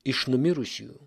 iš numirusiųjų